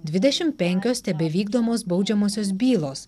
dvidešimt penkios tebevykdomos baudžiamosios bylos